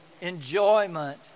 enjoyment